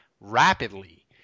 rapidly